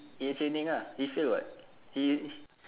his training lah he fail [what] he